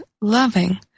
loving